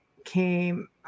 came